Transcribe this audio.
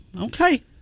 okay